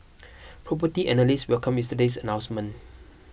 Property Analysts welcomed yesterday's announcement